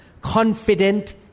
confident